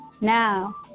Now